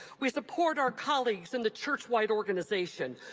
we support our colleagues in the churchwide organization.